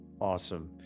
Awesome